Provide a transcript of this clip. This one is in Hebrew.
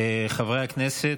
חברי הכנסת,